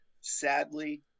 Sadly